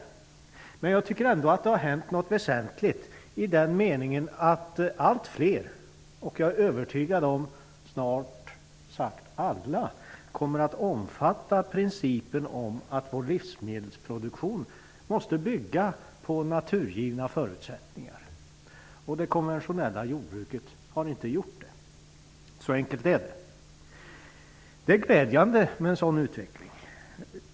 Jag tycker ändå att det hänt något väsentligt i den meningen att allt fler -- och jag är övertygad om snart sagt alla -- kommer att omfatta principen att vår livsmedelsproduktion måste bygga på naturgivna förutsättningar, vilket det konventionella jordbruket inte har gjort. Så enkelt är det. Det är glädjande med en sådan utveckling.